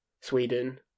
sweden